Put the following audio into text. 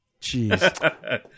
Jeez